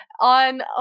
on